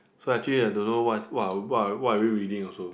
so actually I don't know what is what are what are what are we reading also